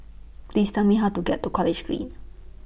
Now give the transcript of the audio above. Please Tell Me How to get to College Green